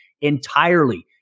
entirely